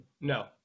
no